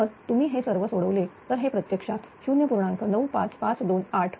तर तुम्ही हे सर्व सोडवले तर हे प्रत्यक्षात 0